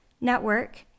network